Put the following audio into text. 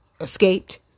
escaped